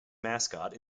mascot